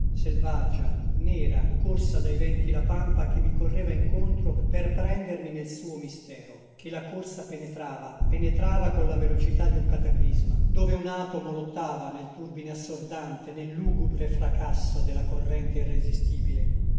selvaggia nera corsa dai venti la pampa che mi correva incontro per prendermi nel suo mistero che la corsa penetrava penetrava con la velocità di un cataclisma dove un atomo lottava nel turbine assordante nel lugubre fracasso della corrente irresistibile